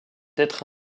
être